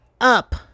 up